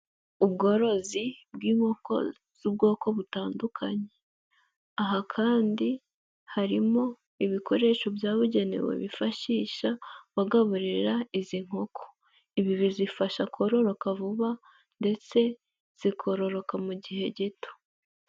Ubworozi bw'inkoko z'ubwoko butandukanye, aha kandi harimo ibikoresho byabugenewe bifashisha, bagaburira izi nkoko, ibi bizifasha kororoka vuba ndetse zikororoka mu gihe gito.